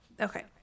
Okay